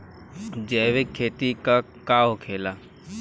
जैविक खेती का होखेला?